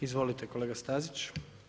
Izvolite kolega Stazić.